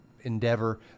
endeavor